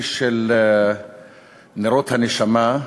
האיש של נרות הנשמה,